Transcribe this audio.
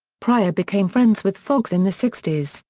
pryor became friends with foxx in the sixty s,